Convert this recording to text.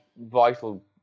vital